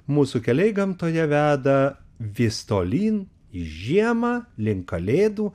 mūsų keliai gamtoje veda vis tolyn į žiemą link kalėdų